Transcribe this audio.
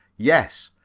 yes,